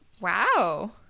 Wow